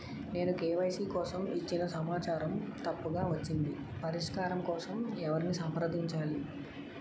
నేను కే.వై.సీ కోసం ఇచ్చిన సమాచారం తప్పుగా వచ్చింది పరిష్కారం కోసం ఎవరిని సంప్రదించాలి?